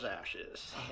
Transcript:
ashes